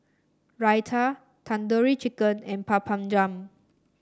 Raita Tandoori Chicken and Papadum